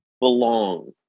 belong